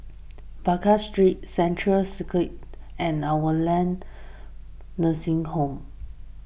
Baker Street Central Circus and Our Lady Nursing Home